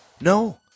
No